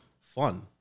fun